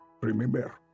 Remember